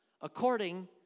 according